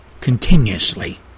continuously